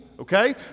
okay